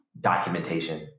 documentation